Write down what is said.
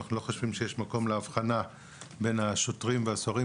אנחנו לא חושבים שיש מקום להבחנה בין השוטרים והסוהרים,